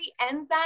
enzyme